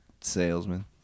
salesman